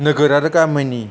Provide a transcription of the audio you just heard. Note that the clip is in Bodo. नोगोर आरो गामिनि